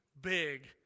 big